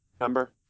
number